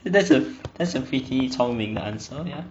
that's a that's a pretty 聪明 answer ya